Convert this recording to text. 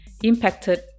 impacted